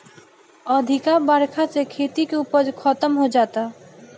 अधिका बरखा से खेती के उपज खतम हो जाता